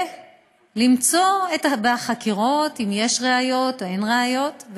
ולמצוא בחקירות אם יש ראיות או אין ראיות,